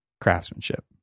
craftsmanship